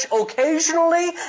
occasionally